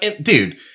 dude